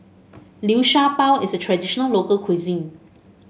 Liu Sha Bao is a traditional local cuisine